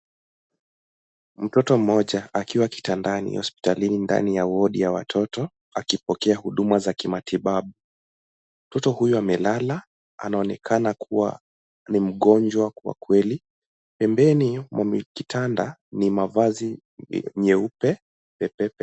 Mtoto mmoja akiwa kitandani hosipitalini ndani ya wodi ya watoto akipokea huduma za kimatibabu. Mtoto huyu amelala anaonekana kuwa ni mgonjwa kwa kweli. Pembeni mwa kitanda ni mavazi nyeupe pepepe.